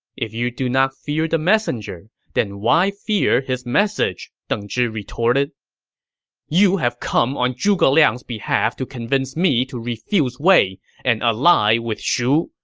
if you do not fear the messenger, then why fear his message? deng zhi retorted you have come on zhuge liang's behalf to convince me to refuse wei and ally with shu,